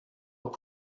aux